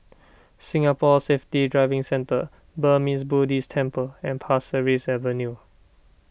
Singapore Safety Driving Centre Burmese Buddhist Temple and Pasir Ris Avenue